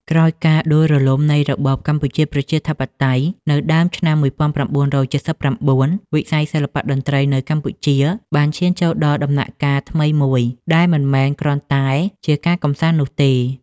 ក្រោយការដួលរំលំនៃរបបកម្ពុជាប្រជាធិបតេយ្យនៅដើមឆ្នាំ ១៩៧៩ វិស័យសិល្បៈតន្ត្រីនៅកម្ពុជាបានឈានចូលដល់ដំណាក់កាលថ្មីមួយ ដែលមិនមែនគ្រាន់តែជាការកម្សាន្តនោះទេ។